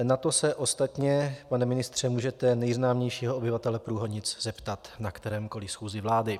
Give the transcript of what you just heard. Na to se ostatně, pane ministře, můžete nejznámějšího obyvatele Průhonic zeptat na kterékoliv schůzi vlády.